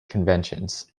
conventions